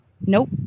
Nope